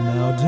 Now